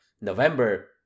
November